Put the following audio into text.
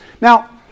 Now